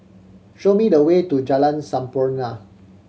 show me the way to Jalan Sampurna